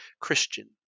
Christian